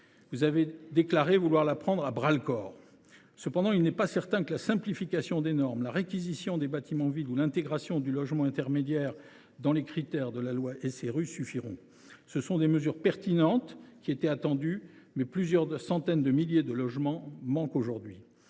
vous avez déclaré vouloir la prendre à bras le corps. Cependant, il n’est pas certain que la simplification des normes, la réquisition des bâtiments vides ou l’intégration du logement intermédiaire dans les critères de la loi SRU suffiront. Ces mesures sont pertinentes et attendues, mais il manque plusieurs centaines de milliers de logements. Comment dégager du